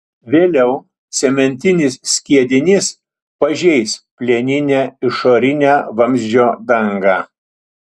vėliau cementinis skiedinys pažeis plieninę išorinę vamzdžio dangą